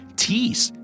tease